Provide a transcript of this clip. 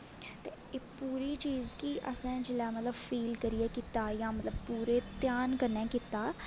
पूरी चीज गी जिसलै मतलब असें फील करियै कीता जां मतलब पूरे ध्यान कन्नै कीता